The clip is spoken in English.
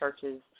churches